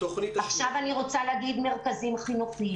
ועכשיו אני רוצה להגיד מרכזים חינוכיים.